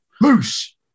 Moose